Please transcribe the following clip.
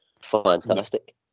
fantastic